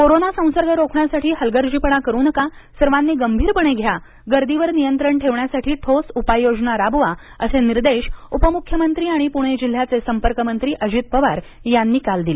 corona संसर्ग रोखण्यासाठी हलगर्जीपणा करु नका सर्वांनी गंभीरपणे घ्या गर्दीवर नियंत्रण ठेवण्यासाठी ठोस उपाययोजना राबवा असे निर्देश उपमुख्यमंत्री आणि पुणे जिल्ह्याचे संपर्कमंत्री अजित पवार यांनी काल दिले